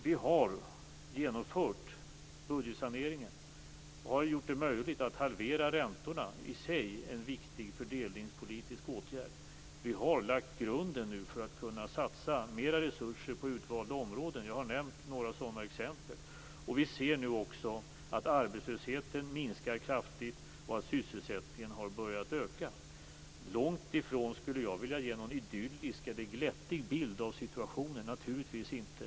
Vi har genomfört budgetsaneringen och har gjort det möjligt att halvera räntorna, vilket i sig är en viktig fördelningspolitisk åtgärd. Vi har nu lagt grunden för att kunna satsa mera resurser på utvalda områden. Jag har nämnt några exempel på detta. Vi ser nu också att arbetslösheten minskar kraftigt och att sysselsättningen har börjat öka. Jag skulle långt ifrån vilja ge någon idyllisk eller glättig bild av situationen - naturligtvis inte.